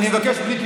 חברי הכנסת,